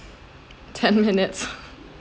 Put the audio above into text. ten minutes